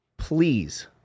Please